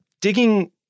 digging